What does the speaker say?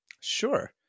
Sure